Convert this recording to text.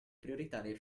prioritarie